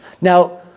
Now